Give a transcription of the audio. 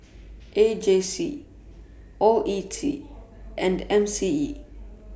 A J C O E T and M C E